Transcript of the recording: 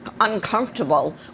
uncomfortable